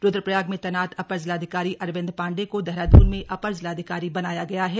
रुद्रप्रयाग में तैनात अपर जिलाधिकारी अरविंद पांडेय को देहरादून में अपर जिलाधिकारी बनाया गया है